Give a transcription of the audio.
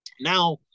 Now